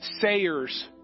sayers